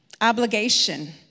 Obligation